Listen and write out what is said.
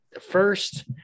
First